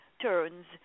turns